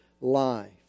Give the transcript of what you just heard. life